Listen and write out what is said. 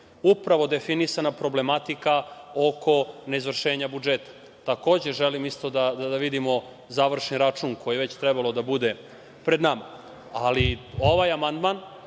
upravo definisana problematika oko neizvršenja budžeta. Takođe, želim isto da vidim završni račun koji je već trebalo da bude pred nama. Ali, ovaj amandman,